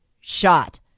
shot